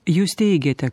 jūs teigiate